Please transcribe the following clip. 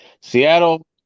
Seattle